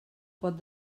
pot